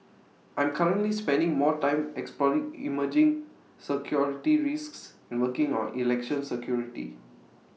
I'm currently spending more time exploring emerging security risks and working on election security